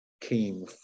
came